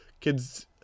Kids